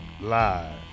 live